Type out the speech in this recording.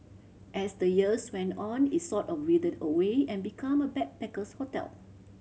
as the years went on it sort of withered away and become a backpacker's hotel